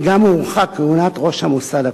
וגם הוארכה כהונת ראש המוסד הקודם.